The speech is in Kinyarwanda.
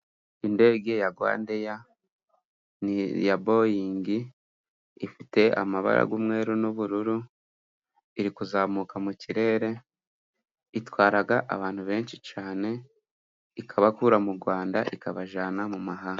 Indege ya Rwandeya ni iya Boyingi, ifite amabara y'umweru n'ubururu, iri kuzamuka mu kirere, itwara abantu benshi cyane, ikabakura mu Rwanda ikabajyana mu mahanga.